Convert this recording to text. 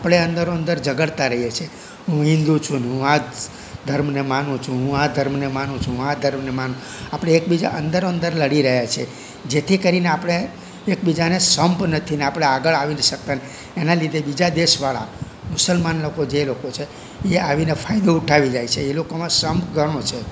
આપણે અંદરો અંદર ઝઘડતા રહીએ છીએ હું હિન્દુ છું અને હું આ ધર્મને માનું છું હું આ ધર્મને માનું છું હું આ ધર્મને માનું આપણે એક બીજા અંદરો અંદર લડી રહ્યાં છીએ જેથી કરીને આપણે એકબીજાને સંપ નથી અને આપણે આગળ આવી શકતા નથી એના લીધે બીજા દેશવાળા મુસલમાન લોકો જે લોકો છે એ આવીને ફાયદો ઉઠાવી જાય છે એ લોકોમાં સંપ ઘણો છે